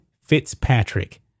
Fitzpatrick